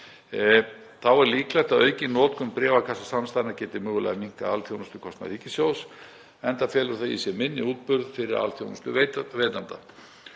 Þá er líklegt að aukin notkun bréfakassasamstæðna geti mögulega minnkað alþjónustukostnað ríkissjóðs enda felur það í sér minni útburð fyrir alþjónustuveitanda.